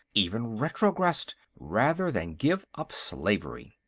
even retrogressed, rather than give up slavery.